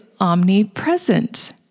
omnipresent